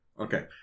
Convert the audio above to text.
Okay